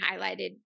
highlighted